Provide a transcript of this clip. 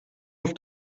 auf